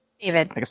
David